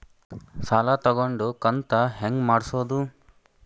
ಸಾಲ ತಗೊಂಡು ಕಂತ ಹೆಂಗ್ ಮಾಡ್ಸೋದು?